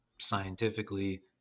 scientifically